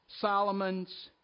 Solomon's